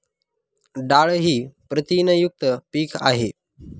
डाळ ही प्रथिनयुक्त पीक आहे